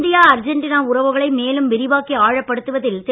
India Argentina உறவுகளை மேலும் விரிவாக்கி ஆழப்படுத்துவதில் திரு